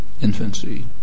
infancy